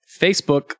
Facebook